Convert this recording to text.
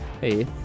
hey